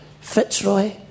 Fitzroy